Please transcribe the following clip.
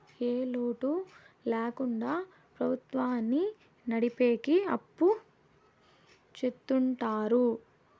ఏ లోటు ల్యాకుండా ప్రభుత్వాన్ని నడిపెకి అప్పు చెత్తుంటారు